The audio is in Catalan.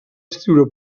escriure